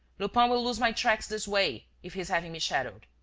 lupin will lose my tracks this way, if he's having me shadowed.